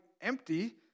empty